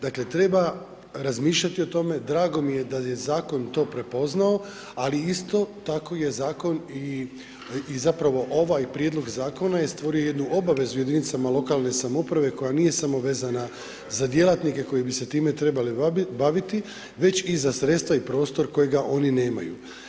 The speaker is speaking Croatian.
Dakle, treba razmišljati o tome, drago mi je da je zakon to prepoznao ali isto tako je zakon i zapravo ovaj prijedlog zakon je stvorio jednu obavezu jedinicama lokalne samouprave koja nije samo vezana za djelatnike koji bi se time trebali baviti već i za sredstva i prostor kojega oni nemaju.